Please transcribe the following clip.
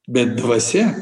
bet dvasia